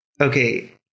okay